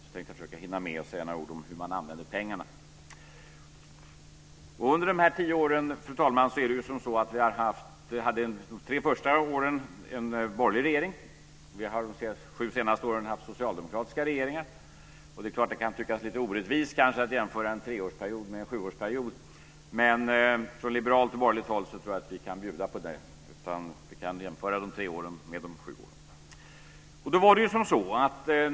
Jag ska också försöka hinna med att säga några ord om hur man använder pengarna. Fru talman! Under de tre första av dessa tio år hade vi en borgerlig regering. Under de senaste sju åren har vi haft socialdemokratiska regeringar. Det kan kanske tyckas lite orättvist att jämföra en treårsperiod med en sjuårsperiod, men jag tror att vi från liberalt och borgerligt håll kan bjuda på en jämförelse av de tre åren med de sju.